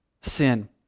sin